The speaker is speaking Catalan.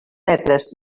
metres